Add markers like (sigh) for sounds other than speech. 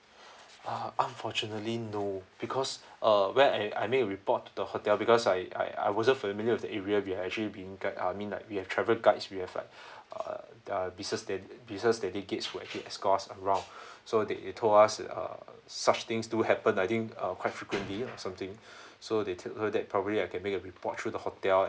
(breath) uh unfortunately no because uh where I I make a report to the hotel because I I I wasn't familiar with the area we're actually being guide I mean like we have travel guides we have like (breath) uh business then business they did give where to escorts around (breath) so they they told us uh such things do happen I think uh quite frequently or something (breath) so they told us that probably I can make a report through the hotel